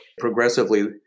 progressively